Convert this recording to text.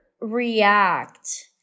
react